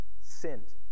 sent